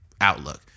outlook